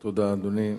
תודה, אדוני.